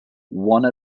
one